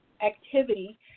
activity